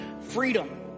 freedom